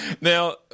Now